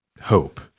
hope